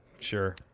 Sure